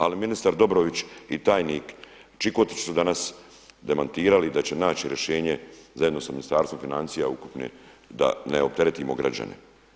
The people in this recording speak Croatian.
Ali ministar Dobrović i tajnik Čikotić su danas demantirali da će naći rješenje zajedno sa Ministarstvom financija ukupne da ne opteretimo građane.